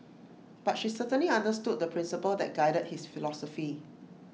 but she certainly understood the principle that guided his philosophy